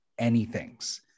anythings